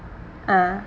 ah